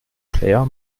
player